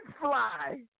fly